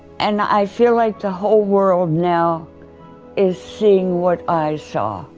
and i feel like the whole world now is seeing what i saw